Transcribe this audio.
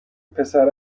پسره